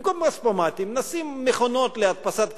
במקום כספומטים נשים מכונות להדפסת כספים.